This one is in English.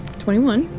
twenty one.